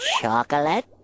Chocolate